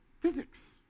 physics